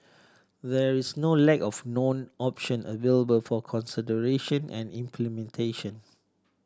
there is no lack of known option available for consideration and implementations